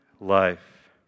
life